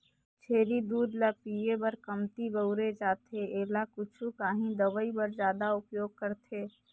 छेरी दूद ल पिए बर कमती बउरे जाथे एला कुछु काही दवई बर जादा उपयोग करथे